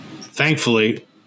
thankfully